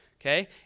okay